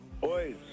Boys